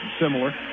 similar